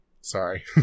Sorry